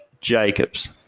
Jacobs